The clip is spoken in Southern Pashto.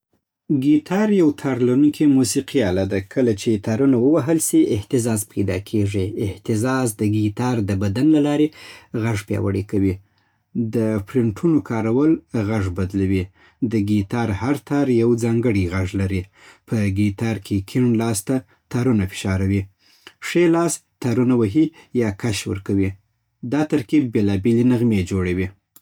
ګیتار یو تار لرونکی موسیقي آله ده. کله چې تارونه ووهل سي، اهتزاز پیدا کېږي. اهتزاز د ګیتار د بدن له لارې غږ پیاوړی کوي. د فریټونو کارول غږ بدلوي. د ګیتار هر تار یو ځانګړی غږ لري. په ګیتار کې کیڼ لاس تارونه فشاروي. ښی لاس تارونه وهي یا کش کوي. دا ترکیب بېلابېلې نغمې جوړوي.